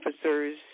officers